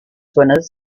winners